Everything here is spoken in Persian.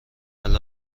علی